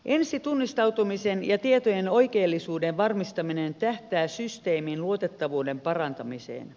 ensitunnistautumisen ja tietojen oikeellisuuden varmistaminen tähtää systeemin luotettavuuden parantamiseen